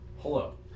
hello